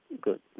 good